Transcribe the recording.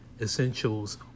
Essentials